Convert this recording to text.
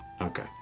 Okay